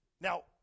Now